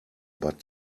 but